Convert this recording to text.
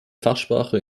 fachsprache